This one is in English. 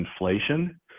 inflation